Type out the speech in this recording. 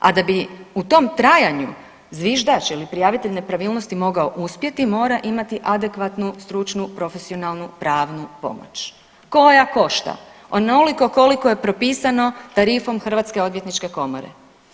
A da bi u tom trajanju zviždač ili prijavitelj nepravilnosti moga uspjeti mora imati adekvatnu stručnu, profesionalnu, pravnu pomoć koja košta onoliko koliko je propisano tarifom Hrvatske odvjetničke komore.